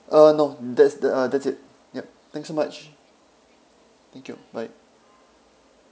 uh no that's the uh that's it yup thank you so much thank you bye